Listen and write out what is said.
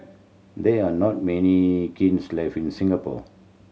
there are not many kilns left in Singapore